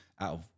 out